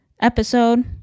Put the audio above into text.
episode